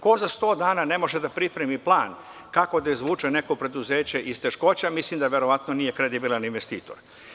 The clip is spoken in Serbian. Ko za 100 dana ne može da pripremi plan kako da izvuče neko preduzeće iz teškoća mislim da verovatno nije kredibilan investitor.